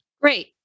Great